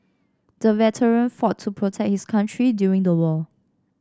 the veteran fought to protect his country during the war